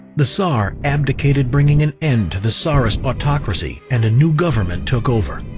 the tsar abdicated bringing an end to the tsarist autocracy and a new government took over.